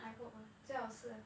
I hope ah 最好是 uh